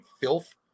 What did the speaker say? filth